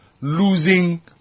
losing